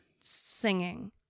singing